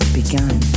begun